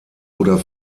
oder